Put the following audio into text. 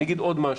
אני אומר עוד משהו.